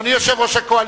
אדוני יושב-ראש הקואליציה,